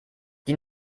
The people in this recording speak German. die